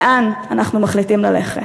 לאן אנחנו מחליטים ללכת.